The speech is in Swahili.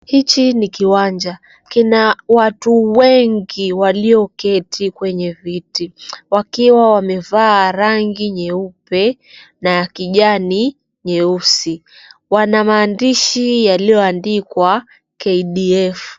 Hichi ni kiwanja, kina watu wengi walioketi kwenye viti wakiwa wamevaa rangi nyeupe na ya kijani nyeusi. Wana maandishi yaliyoandikwa KDF .